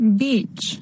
beach